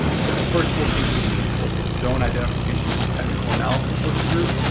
but the first working group is of course the zone identification and technical analysis working group.